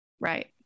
Right